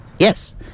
Yes